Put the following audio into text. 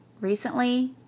recently